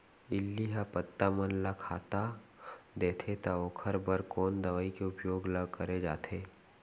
इल्ली ह पत्ता मन ला खाता देथे त ओखर बर कोन दवई के उपयोग ल करे जाथे?